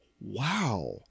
wow